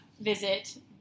visit